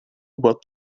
what